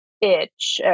itch